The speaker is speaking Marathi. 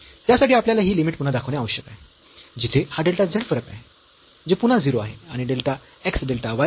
त्यासाठी आपल्याला ही लिमिट पुन्हा दाखविणे आवश्यक आहे जिथे हा डेल्टा z फरक आहे जे पुन्हा 0 आहे आणि डेल्टा x डेल्टा y